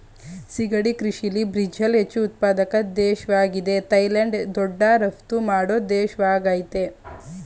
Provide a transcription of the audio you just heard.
ಸಿಗಡಿ ಕೃಷಿಲಿ ಬ್ರಝಿಲ್ ಹೆಚ್ಚು ಉತ್ಪಾದಕ ದೇಶ್ವಾಗಿದೆ ಥೈಲ್ಯಾಂಡ್ ದೊಡ್ಡ ರಫ್ತು ಮಾಡೋ ದೇಶವಾಗಯ್ತೆ